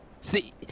see